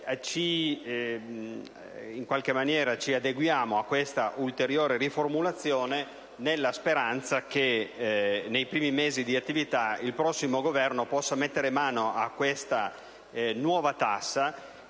In qualche modo ci adeguiamo alla ulteriore formulazione nella speranza che, nei primi mesi di attività, il prossimo Governo possa mettere mano a questa nuova tassa